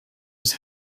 was